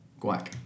Guac